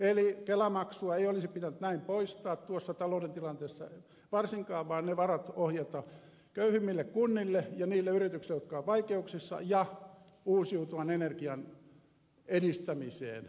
eli kelamaksua ei olisi pitänyt näin poistaa tuossa talouden tilanteessa varsinkaan vaan ne varat ohjata köyhimmille kunnille ja niille yrityksille jotka ovat vaikeuksissa ja uusiutuvan energian edistämiseen